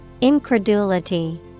Incredulity